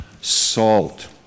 salt